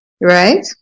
right